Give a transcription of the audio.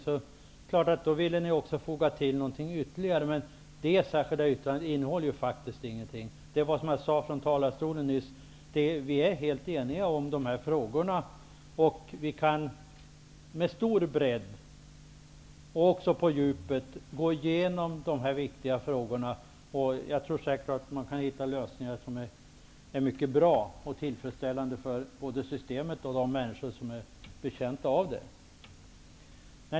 Ni vill till detta foga till något ytterligare, men det särskilda yttrandet innehåller faktiskt ingenting. Som jag nyss sade från kammarens talarstol är vi helt eniga om dessa viktiga frågor och kan gå igenom dem med stor bredd och även på djupet. Jag tror säkert att man kan komma fram till lösningar som är mycket bra och tillfredsställande både för systemet och för de människor som omfattas av det.